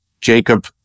Jacob